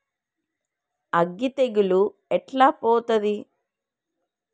అగ్గి తెగులు ఎట్లా పోతది?